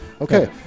Okay